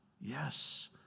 Yes